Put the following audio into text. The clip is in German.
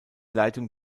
leitung